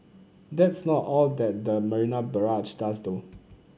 that's not all that the Marina Barrage does though